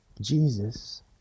Jesus